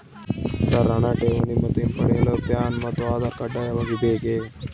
Sir ಹಣ ಠೇವಣಿ ಮತ್ತು ಹಿಂಪಡೆಯಲು ಪ್ಯಾನ್ ಮತ್ತು ಆಧಾರ್ ಕಡ್ಡಾಯವಾಗಿ ಬೇಕೆ?